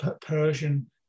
Persian